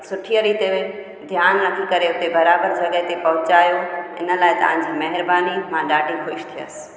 सुठीअ रीति ध्यानु रखी करे हुते बराबरि जॻह पहुचायो हिन लाइ तव्हांजी महिरबानी मां ॾाढी ख़ुशि थिअसि